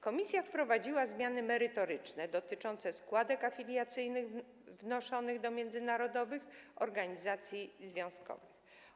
Komisja wprowadziła zmiany merytoryczne dotyczące składek afiliacyjnych wnoszonych do międzynarodowych organizacji związkowych.